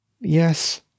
Yes